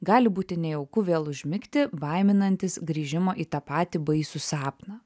gali būti nejauku vėl užmigti baiminantis grįžimo į tą patį baisų sapną